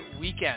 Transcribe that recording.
Weekend